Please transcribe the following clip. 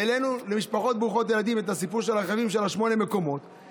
העלינו על משפחות ברוכות ילדים את הסיפור של הרכבים של שמונה מקומות,